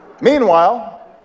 Meanwhile